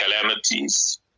calamities